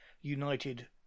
united